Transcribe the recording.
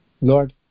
Lord